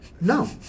No